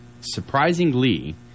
Surprisingly